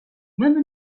même